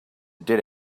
did